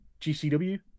GCW